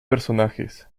personajes